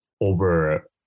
over